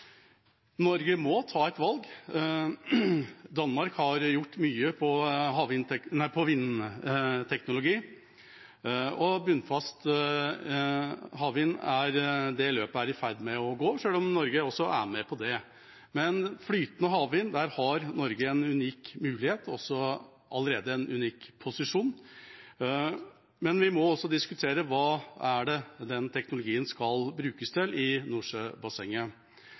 Norge må ta et valg. Danmark har gjort mye på vindteknologi og bunnfast havvind. Det løpet er i ferd med å gå, selv om Norge også er med på det. Når det gjelder flytende havvind, har Norge en unik mulighet, og også allerede en unik posisjon, men vi må også diskutere hva den teknologien skal brukes til i Nordsjøbassenget.